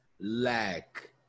Lack